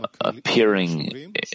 appearing